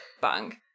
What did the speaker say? Bang